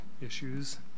issues